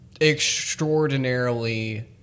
extraordinarily